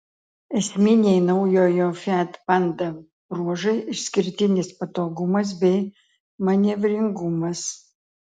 esminiai naujojo fiat panda bruožai išskirtinis patogumas bei manevringumas